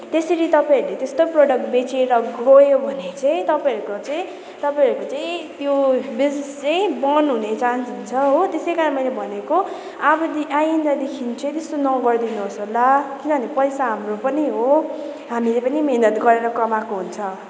त्यसरी तपाईँहरूले त्यस्तो प्रडक्ट बेचेर गयो भने चाहिँ तपाईँहरूको चाहिँ तपाईँहरूको चाहिँ त्यो बिजनेस चाहिँ बन्द हुने चान्स हुन्छ हो त्यसै कारण मैले भनेको अबदेखि आइन्दादेखि चाहिँ त्यस्तो नगरिदिनु होस् ल किनभने पैसा हाम्रो पनि हो हामीले पनि मिहिनेत गरेर कमाएको हुन्छ